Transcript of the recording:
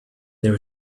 there